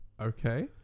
Okay